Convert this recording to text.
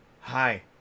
hi